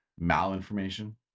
malinformation